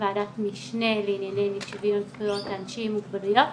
ועדת משנה לענייני שיוויון זכויות לאנשים עם מוגבלויות.